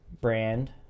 brand